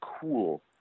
cool